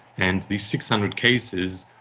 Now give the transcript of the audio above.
and these six hundred cases,